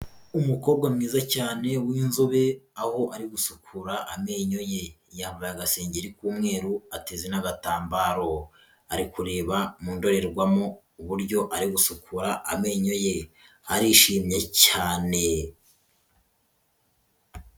Umukobwa mwiza cyane w'inzobe, aho ari gusukura amenyo ye, yambaye agasengeri k'umweru ateze n'agatambaro, ari kureba mu ndorerwamo uburyo ari gusukura amenyo ye, arishimye cyane.